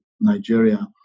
Nigeria